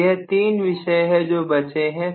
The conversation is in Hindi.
तो यह तीन विषय है जो बचे हुए हैं